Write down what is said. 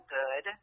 good